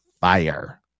fire